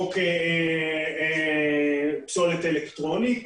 חוק פסולת אלקטרונית.